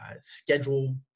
schedule